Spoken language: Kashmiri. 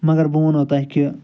مگر بہٕ وَنہو تۄہہِ کہِ